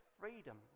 freedom